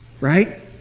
right